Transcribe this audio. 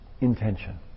intention